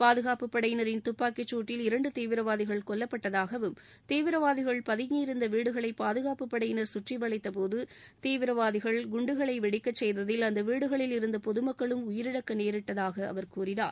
பாதுகாப்புப் படையினரின் துப்பாக்கிச்சூட்டில் இரண்டு தீவிரவாதிகள் கொல்லப்பட்டதாகவும் தீவிரவாதிகள் பதுங்கியிருந்த வீடுகளை பாதுகாப்புப் படையினர் கற்றிவளைத்த போது தீவிரவாதிகள் குண்டுகளை வெடிக்கச் செய்ததில் அந்த வீடுகளில் இருந்த பொதுமக்களும் உயிரிழக்க நேரிட்டதாக அவர் கூறினார்